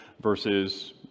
versus